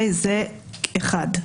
זה אחד.